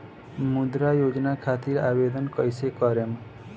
मुद्रा योजना खातिर आवेदन कईसे करेम?